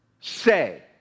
say